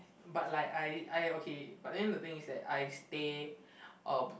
but like I I okay but then the thing is that I stay um